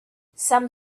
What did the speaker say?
some